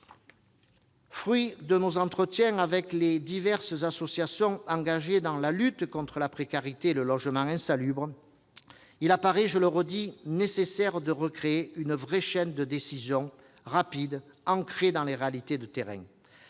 Fruit de nos entretiens avec les diverses associations engagées dans la lutte contre la précarité et le logement insalubre, il apparaît, je le redis, nécessaire de recréer une vraie chaîne de décision rapide et ancrée dans les réalités de terrain.